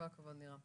כל הכבוד נירה.